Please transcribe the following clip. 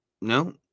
No